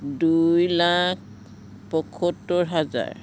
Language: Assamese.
দুই লাখ পয়সত্তৰ হাজাৰ